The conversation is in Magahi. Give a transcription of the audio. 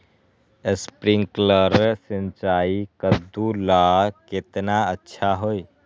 स्प्रिंकलर सिंचाई कददु ला केतना अच्छा होई?